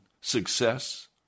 success